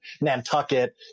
nantucket